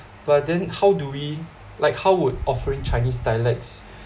but then how do we like how would offering chinese dialects